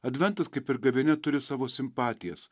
adventas kaip ir gavėnia turi savo simpatijas